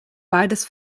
beides